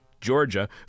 Georgia